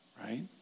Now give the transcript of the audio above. right